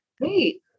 Great